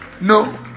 No